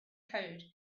code